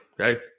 okay